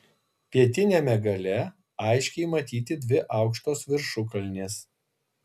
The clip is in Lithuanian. pietiniame gale aiškiai matyti dvi aukštos viršukalnės